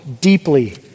deeply